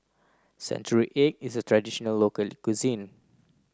Century Egg is a traditional local cuisine